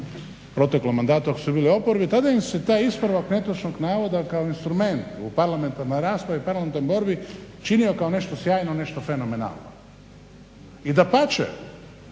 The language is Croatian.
proteklom mandatu kada su bili u oporbi, tada im se taj ispravak netočnog navoda kao instrument u parlamentarnoj raspravi, parlamentarnoj borbi činio kao nešto sjajno, nešto fenomenalno. I dapače,